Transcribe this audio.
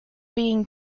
being